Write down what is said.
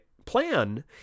plan